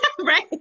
right